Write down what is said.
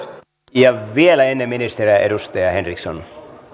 ja vielä ennen ministeriä edustaja henriksson